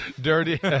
Dirty